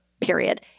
period